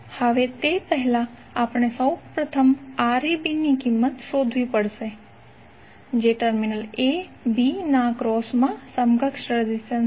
હવે તે પહેલાં આપણે સૌપ્રથમ Rab ની કિંમત શોધવી પડશે જે ટર્મિનલ AB ના એક્રોસ મા સમકક્ષ રેઝિસ્ટન્સ છે